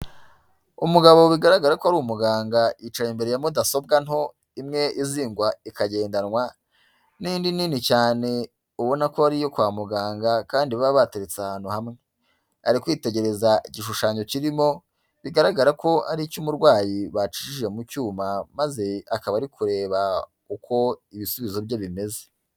Umugabo bigaragara ko ari umuganga, yicaye imbere ya mudasobwa nto imwe izingwa ikagendanwa, n'indi nini cyane ubona ko ari iyo kwa muganga kandi baba bateretse ahantu hamwe. Ari kwitegereza igishushanyo kirimo bigaragara ko ari icy'umurwayi bacishije mu cyuma, maze akaba ari kureba uko ibisubizo bye bimeze.